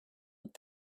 but